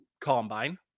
Combine